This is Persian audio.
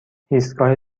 ایستگاه